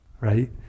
right